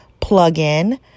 plugin